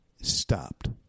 stopped